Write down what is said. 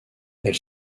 elle